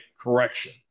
correction